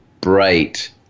bright